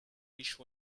wish